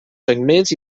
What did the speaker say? segments